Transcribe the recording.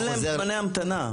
אין להם זמני המתנה.